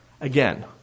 Again